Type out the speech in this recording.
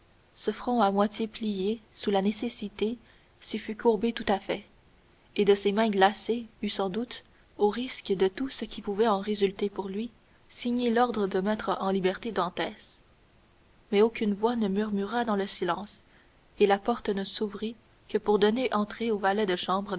ce front à moitié plié sous la nécessité s'y fût courbé tout à fait et de ses mains glacées eût sans doute au risque de tout ce qui pouvait en résulter pour lui signé l'ordre de mettre en liberté dantès mais aucune voix ne murmura dans le silence et la porte ne s'ouvrit que pour donner entrée au valet de chambre